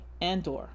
Andor